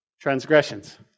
transgressions